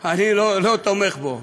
אני לא תומך בו,